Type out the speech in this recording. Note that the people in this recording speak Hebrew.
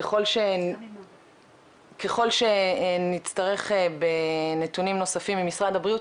ככול שנצטרך בנתונים נוספים ממשרד הבריאות,